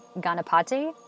Ganapati